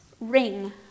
ring